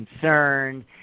concerned